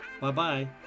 bye-bye